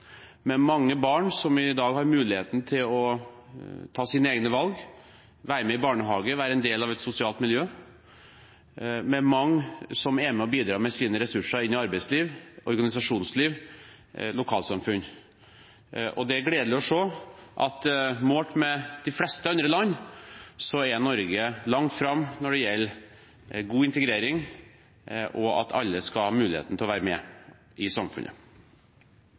med mange barn som i dag har muligheten til å ta sine egne valg – være med i barnehage, være en del av et sosialt miljø – og med mange som er med og bidrar med sine ressurser inn i arbeidsliv, organisasjonsliv og lokalsamfunn. Det er gledelig å se at målt mot de fleste andre land er Norge langt framme når det gjelder god integrering og at alle skal ha muligheten til å være med i samfunnet.